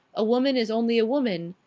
a woman is only a woman,